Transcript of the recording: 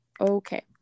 Okay